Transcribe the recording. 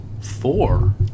four